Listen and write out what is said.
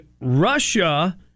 Russia